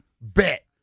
Bet